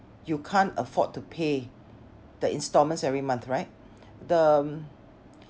you can't afford to pay the instalments every month right the